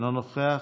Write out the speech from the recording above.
מבקש